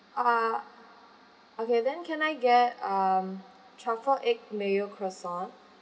uh okay then can I get um truffle egg mayo croissant